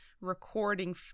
recording